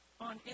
on